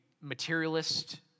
materialist